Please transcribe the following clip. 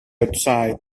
outside